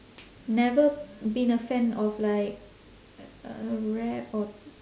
never been a fan of like uh rap or